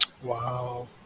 Wow